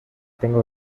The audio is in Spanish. tengo